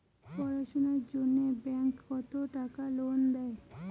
পড়াশুনার জন্যে ব্যাংক কত টাকা লোন দেয়?